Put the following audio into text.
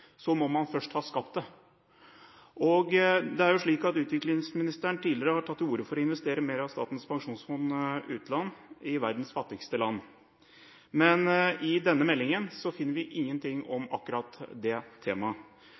må man først ha skapt det. Utviklingsministeren har tidligere tatt til orde for å investere mer av Statens pensjonsfond utland i verdens fattigste land. Men i denne meldingen finner vi ingenting om akkurat det temaet.